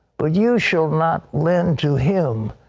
but you shall not lend to him.